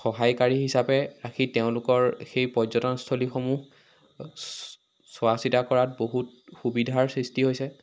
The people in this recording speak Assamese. সহায়কাৰী হিচাপে ৰাখি তেওঁলোকৰ সেই পৰ্যটনস্থলীসমূহ চোৱা চিতা কৰাত বহুত সুবিধাৰ সৃষ্টি হৈছে